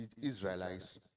Israelites